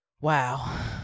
Wow